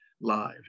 live